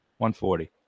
140